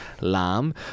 lamb